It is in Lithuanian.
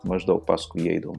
maždaug paskui jį eidavom